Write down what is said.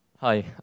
Hi